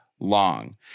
Long